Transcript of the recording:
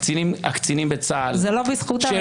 הקצינים בצה"ל -- זה לא בזכות הממשלה.